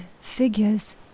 figures